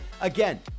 Again